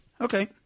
Okay